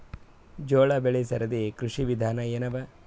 ಜೋಳ ಬೆಳಿ ಸರದಿ ಕೃಷಿ ವಿಧಾನ ಎನವ?